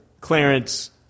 Clarence